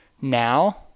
now